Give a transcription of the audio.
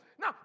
Now